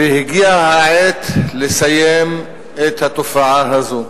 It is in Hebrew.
והגיעה העת לסיים את התופעה הזאת.